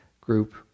group